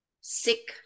sick